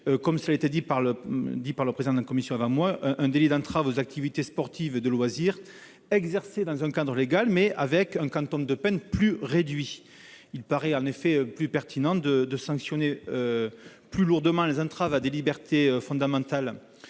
comme cela a été dit par le président de la commission, un délit d'entrave aux activités sportives et de loisirs exercées dans un cadre légal, mais avec un quantum de peines plus réduit. Il paraît en effet pertinent de sanctionner plus lourdement les entraves aux libertés fondamentales